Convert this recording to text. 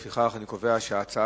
לפיכך, אני קובע שההצעות